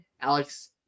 Alex